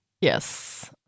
Yes